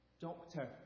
Doctor